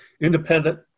Independent